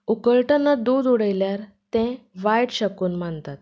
उकळतना दूद उडयल्यार तें वायट शगून मानतात